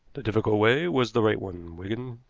the difficult way was the right one, wigan,